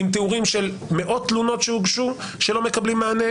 עם תיאורים של מאות תלונות שהוגשו שלא מקבלים מענה,